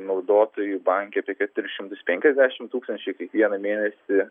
naudotojų banke apie keturis šimtus penkiasdešimt tūkstančių kiekvieną mėnesį